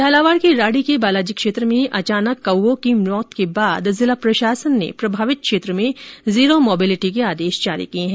झालावाड़ के राड़ी के बालाजी क्षेत्र में अचानक कौओं की मौत के बाद जिला प्रशासन ने प्रभावित क्षेत्र में जीरो मोबिलिटी के आदेश जारी किए हैं